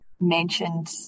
mentioned